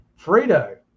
Fredo